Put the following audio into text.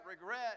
regret